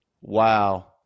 Wow